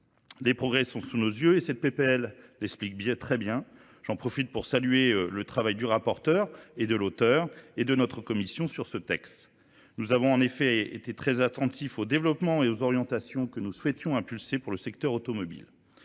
Les progrès sont sous nos yeux et cette PPL l'explique très bien. J'en profite pour saluer le travail du rapporteur et de l'auteur et de notre commission sur ce texte. Nous avons en effet été très attentifs au développement et aux orientations que nous souhaitions impulser pour le secteur automobile.